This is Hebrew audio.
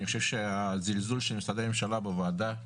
אני חושב שהזלזול של משרדי הממשלה בוועדה,